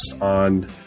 on